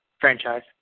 franchise